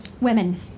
women